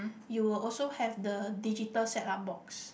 you will also have the digital set up box